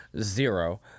zero